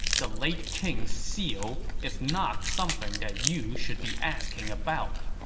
the late king's seal is not something that you should be asking about.